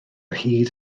hyd